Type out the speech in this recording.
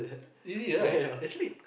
easy right actually